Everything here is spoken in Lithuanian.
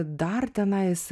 dar tenais